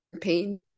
pain